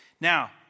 Now